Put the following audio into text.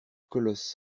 colosse